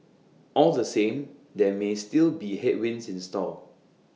all the same there may still be headwinds in store